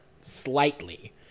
slightly